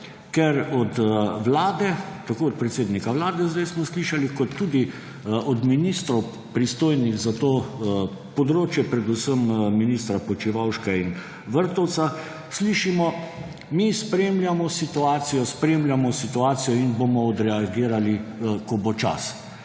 ker od vlade, tako od predsednika Vlade, zdaj smo slišali, kot tudi od ministrov, pristojnih za to področje, predvsem ministra Počivalška in Vrtovca, slišimo – mi spremljamo situacijo, spremljamo situacijo in bomo odreagirali, ko bo čas.